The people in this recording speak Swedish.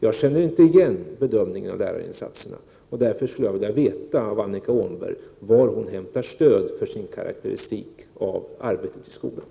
Jag känner inte igen bedömningen av lärarnas insatser, och därför skulle jag vilja veta var Annika Åhnberg hämtar stöd för sin karakteristik av arbetet i skolan.